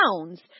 pounds